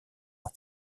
ans